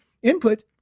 Input